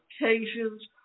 occasions